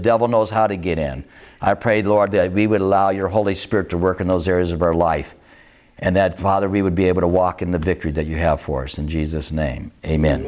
devil knows how to get in i pray the lord we would allow your holy spirit to work in those areas of our life and that father we would be able to walk in the victory that you have force in jesus name